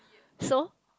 so